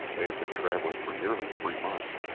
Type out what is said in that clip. they have been traveling for nearly three months.